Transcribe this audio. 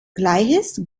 gleiches